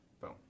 Boom